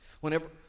Whenever